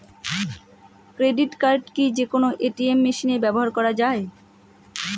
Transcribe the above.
Credit card কি যে কোনো এ.টি.এম মেশিনে ব্যবহার করা য়ায়?